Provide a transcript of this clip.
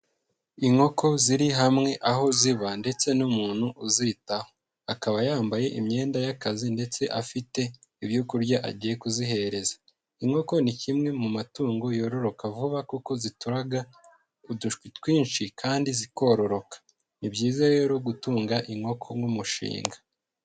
Inkoko ziri hamwe aho ziba ndetse n'umuntu uzitaho, akaba yambaye imyenda y'akazi ndetse afite ibyo kurya agiye kuzihereza. Inkoko ni kimwe mu matungo yororoka vuba kuko zituraga udushwi twinshi kandi zikororoka. Ni byiza rero gutunga inkoko nk'umushinga.